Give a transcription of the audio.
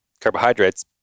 carbohydrates